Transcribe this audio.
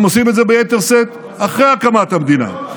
והם עושים את זה ביתר שאת אחרי הקמת המדינה.